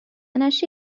نشی